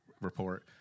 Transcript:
report